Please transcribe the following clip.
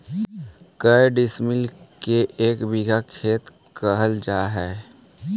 के डिसमिल के एक बिघा खेत कहल जा है?